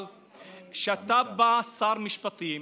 אבל כשאתה בא, שר משפטים,